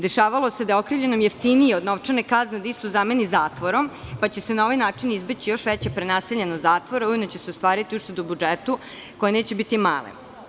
Dešavalo se da je okrivljenom jeftinije od novčane kazne da istu zameni zatvorom pa će se na ovaj način izbeći još veća prenaseljenost zatvora i ujedno će se ostvariti uštede u budžetu, koje neće biti male.